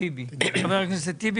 חבר הכנסת טיבי